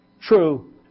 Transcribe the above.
true